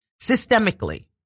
Systemically